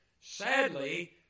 Sadly